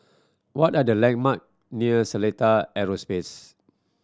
what are the landmark near Seletar Aerospace